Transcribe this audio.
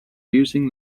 using